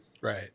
Right